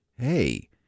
hey